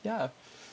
ya